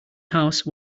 house